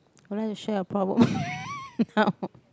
would like to share your problem how